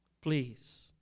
please